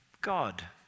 God